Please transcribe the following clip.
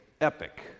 Epic